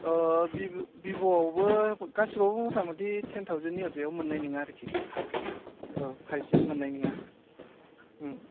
भिब'आवबो गासिबावबो मथा मथि टेन थावसेन्दनि ओरैजायाव मोननाय नङा आरोखि औ फाइब जि मोननाय नङा उम